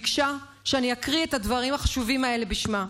שאני אקריא את הדברים החשובים האלה בשמה.